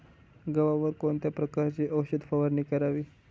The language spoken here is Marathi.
गव्हावर कोणत्या प्रकारची औषध फवारणी करावी?